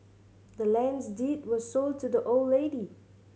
the land's deed was sold to the old lady